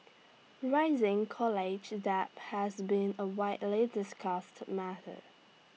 rising college debt has been A widely discussed matter